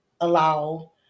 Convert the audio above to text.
allow